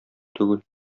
түгел